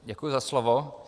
Děkuji za slovo.